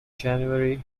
january